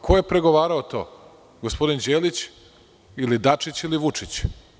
Ko je pregovarao o tome, gospodin Đelić ili Dačić ili Vučić?